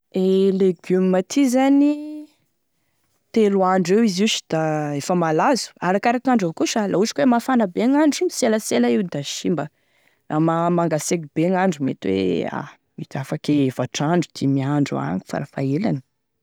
E legioma aty zany telo andro eo izy io sh da efa malazo arakaraky gn' andro avao koa sa la ohatry ka mafana be gnandro selasela io da simba la ma mangaseky be gn'andro mety hoe ah afaky efatr'andro dimy andro agny farafaha elany